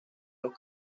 los